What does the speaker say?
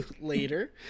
later